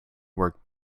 work